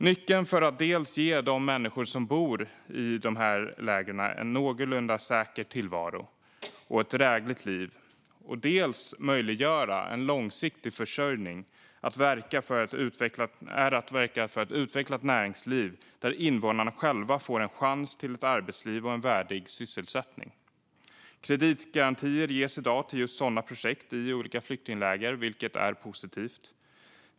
Nyckeln för att dels ge de människor som bor i dessa läger en någorlunda säker tillvaro och ett drägligt liv, dels möjliggöra en långsiktig försörjning är att verka för ett utvecklat näringsliv där invånarna själva får en chans till ett arbetsliv och en värdig sysselsättning. Kreditgarantier ges i dag till just sådana projekt i olika flyktingläger, vilket är positivt.